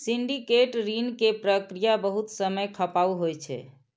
syndicate ऋण के प्रक्रिया बहुत समय खपाऊ होइ छै